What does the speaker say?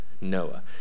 Noah